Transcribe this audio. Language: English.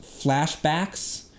Flashbacks